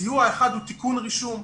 סיוע אחד הוא תיקון רישום.